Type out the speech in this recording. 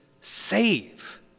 save